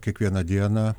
kiekvieną dieną